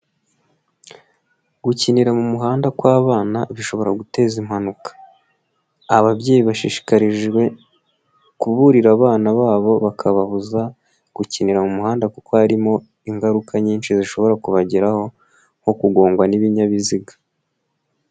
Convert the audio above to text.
Gukinira mu muhanda kw'abana bishobora guteza impanuka. Ababyeyi bashishikarijwe kuburira abana babo bakababuza gukinira mu muhanda kuko harimo ingaruka nyinshi zishobora kubageraho nko kugongwa n'ibinyabiziga.